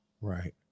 Right